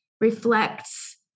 reflects